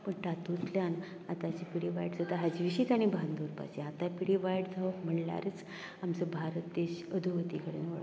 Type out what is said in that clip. पूण तातूंतल्यान आताची पिडी वायट जाता हाजे विशी ताणें भान दरपाचे हा आताची पिडी वायट जावप म्हणल्यारूच आमचो भारत देस अधोगती कडेन वळप